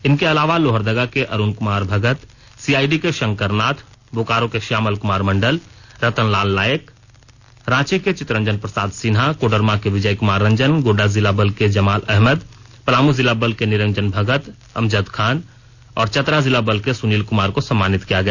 इनके अलावा लोहरदगा के अरुण कुमार भगत सीआईडी के शंकर नाथ बोकारो के श्यामल कुमार मंडल रतन लाल लायेक रांची के चितरंजन प्रसाद सिन्हा कोडरमा के विजय क्मार रंजन गोड्डा जिला बल के जमाल अहमद पलामू जिला बल के निरंजन भगत अमजद खान और चतरा जिला बल के सुनील कुमार को सम्मानित किया गया